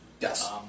Yes